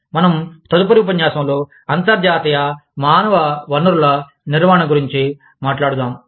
మనం తదుపరి ఉపన్యాసంలో అంతర్జాతీయ మానవ వనరుల నిర్వహణను గురించి మాట్లాడదాము